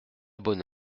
bonne